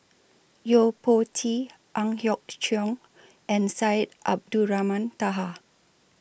Yo Po Tee Ang Hiong Chiok and Syed Abdulrahman Taha